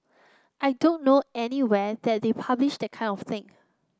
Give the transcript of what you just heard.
I don't know anywhere that they publish that kind of thing